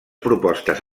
propostes